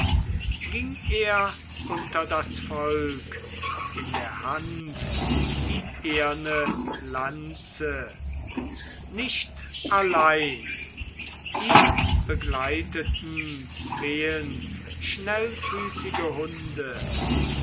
ging er unter das volk in der hand die eherne lanze nicht allein ihn begleiteten zween schnellfüßige hunde